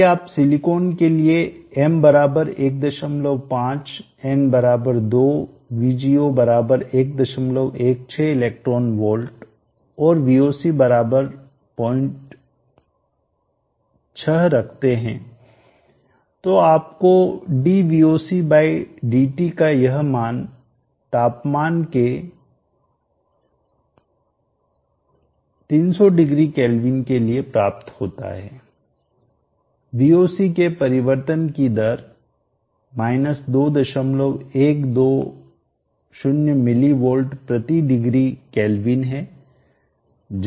यदि आप सिलिकॉन के लिए m 15 n 2 VGO 116 electron volt और Voc 06 रखते हैं तो आपको dvoc बाय dT का यह मान तापमान के 300 डिग्री केल्विन के लिए प्राप्त होता है Voc के परिवर्तन की दर 2120मिली वोल्ट प्रति डिग्री केल्विन है